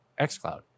xCloud